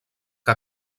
que